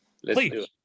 Please